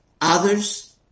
others